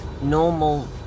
normal